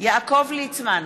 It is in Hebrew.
יעקב ליצמן,